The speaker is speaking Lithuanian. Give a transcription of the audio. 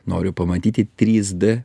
noriu pamatyti trys d